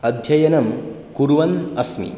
अध्ययनं कुर्वन् अस्मि